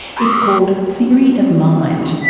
it's called theory of mind,